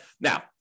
Now